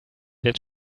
wird